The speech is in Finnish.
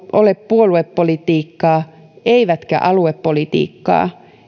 ole puoluepolitiikkaa eivätkä aluepolitiikkaa